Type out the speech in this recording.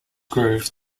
groove